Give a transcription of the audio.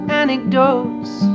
anecdotes